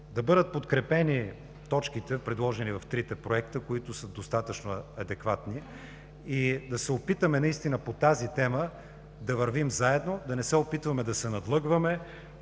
да бъдат подкрепени точките, предложени в трите проекта, които са достатъчно адекватни, и да се опитаме наистина по тази тема да вървим заедно, да не се опитваме да се надлъгваме,